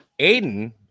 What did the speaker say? Aiden